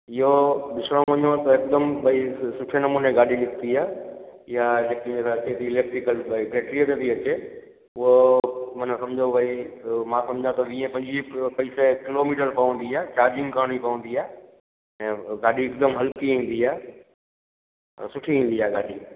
इहो ॾिसणो पवंदो त हिकु दम भई सुठे नमूने गाॾी निकती आहे इहा जेकि इहा अचे थी इलेक्ट्रिकल बेट्रीअ सां थी अचे उहो माना सम्झो भई मां सम्झा थो त वीह पंजुवीह किलो पैत किलोमीटर पवंदी आहे चार्जिंग करणी पवंदी आहे ऐं गाॾी हिकदम हल्की ईंदी आहे पर सुठी ईंदी आहे गाॾी